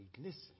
Listen